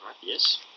Yes